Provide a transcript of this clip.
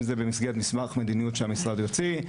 אם זה במסגרת מסמך מדיניות שהמשרד המציא,